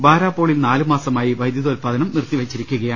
ബാരാപ്പോളിൽ നാലുമാസമായി വൈദ്യുതോല്പാദനം നിർത്തി വെച്ചിരിക്കുകയാണ്